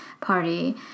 party